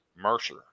Mercer